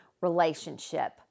relationship